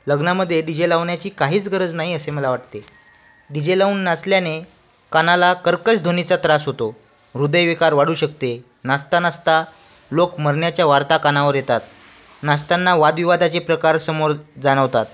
लग्नामध्ये डीजे लावण्याची काहीच गरज नाही असे मला वाटते डी जे लावून नाचल्याने कानाला कर्कश्श ध्वनीचा त्रास होतो हृदयविकार वाढू शकते नाचतानाचता लोक मरण्याच्या वार्ता कानावर येतात नाचताना वादविवादाचे प्रकार समोर जाणवतात